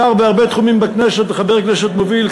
שר בהרבה תחומים בכנסת וחבר כנסת מוביל,